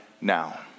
now